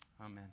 Amen